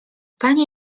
panie